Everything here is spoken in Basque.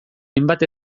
hainbat